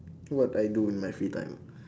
so what do I do during my free time